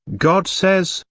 god says,